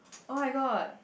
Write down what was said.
oh-my-god